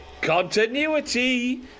Continuity